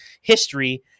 history